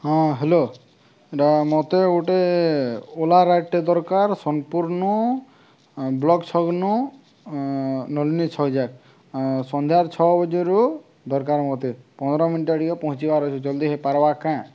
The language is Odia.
ହଁ ହ୍ୟାଲୋ ମୋତେ ଗୋଟେ ଓଲା ଗାଡ଼ିଟିଏ ଦରକାର ସୋନପୁରନୁ ବ୍ଲକ୍ ଛକ୍ନୁ ନଲିିନୀ ଛକଯାକ ସନ୍ଧ୍ୟା ଛଅ ବଜେରୁ ଦରକାର ମୋତେ ପନ୍ଦର ମିନିଟା ଟିକେ ପହଞ୍ଚିବାର ଅଛି ଜଲ୍ଦି ହେଇପାରବା କାଁ